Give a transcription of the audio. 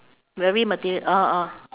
vary material orh orh